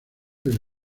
del